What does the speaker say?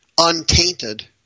untainted